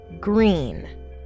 green